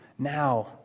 Now